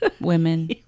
Women